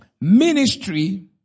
Ministry